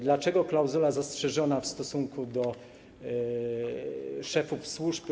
Dlaczego klauzula zastrzeżona w stosunku do szefów służb?